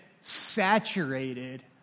saturated